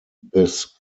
this